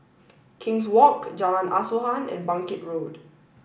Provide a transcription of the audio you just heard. King's Walk Jalan Asuhan and Bangkit Road